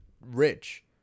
rich